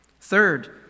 third